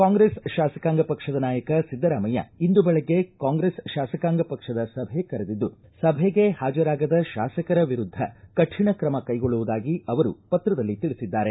ಕಾಂಗ್ರೆಸ್ ಶಾಸಕಾಂಗ ಪಕ್ಷದ ನಾಯಕ ಸಿದ್ದರಾಮಯ್ನ ಇಂದು ಬೆಳಗ್ಗೆ ಕಾಂಗ್ರೆಸ್ ಶಾಸಕಾಂಗ ಪಕ್ಷದ ಸಭೆ ಕರೆದಿದ್ದು ಸಭೆಗೆ ಹಾಜರಾಗದ ಶಾಸಕರ ವಿರುದ್ಧ ಕಠಿಣ ಕ್ರಮ ಕೈಗೊಳ್ಳುವುದಾಗಿ ಅವರು ಪತ್ರದಲ್ಲಿ ತಿಳಿಸಿದ್ದಾರೆ